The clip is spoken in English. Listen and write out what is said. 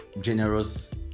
generous